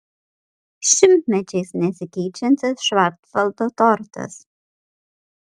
šimtmečiais nesikeičiantis švarcvaldo tortas